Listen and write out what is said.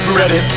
ready